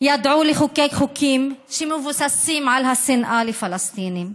ידעו לחוקק חוקים שמבוססים על השנאה לפלסטינים,